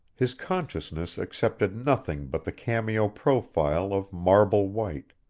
his consciousness accepted nothing but the cameo profile of marble white,